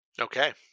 Okay